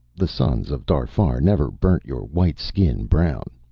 the suns of darfar never burnt your white skin brown.